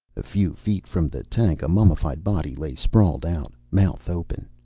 a few feet from the tank a mummified body lay sprawled out, mouth open.